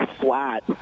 flat